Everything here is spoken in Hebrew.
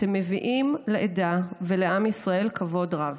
אתם מביאים לעדה ולעם ישראל כבוד רב.